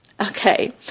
okay